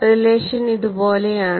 relation ഇതുപോലെയാണ്